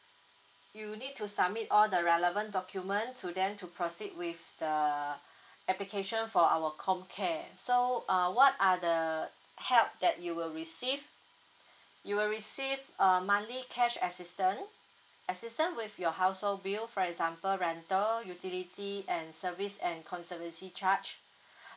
you need to submit all the relevant document to them to proceed with the application for our comcare so uh what are the help that you will receive you will receive a monthly cash assistance assistance with your household bill for example rental utility and service and conservancy charge